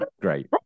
Great